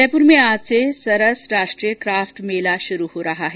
जयपुर में आज से सरस राष्ट्रीय काफ्ट मेला शुरू हो रहा है